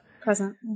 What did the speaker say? present